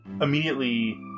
Immediately